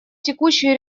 текущую